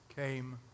came